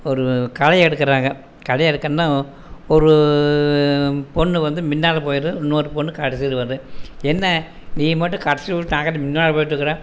ஒரு களை எடுக்கறாங்க களை எடுக்கன்னா ஒரு பொண்ணு வந்து முன்னால போய்ரும் இன்னோரு பொண்ணு கடைசியில வரும் என்ன நீ மட்டும் கடைசியவுட்டு முன்னாடி போய்ட்ருக்குறேன்